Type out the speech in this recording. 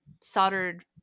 soldered